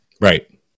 Right